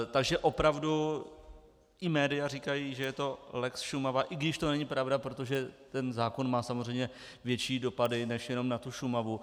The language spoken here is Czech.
Takže opravdu i média říkají, že je to lex Šumava, i když to není pravda, protože ten zákon má samozřejmě větší dopady než jenom na Šumavu.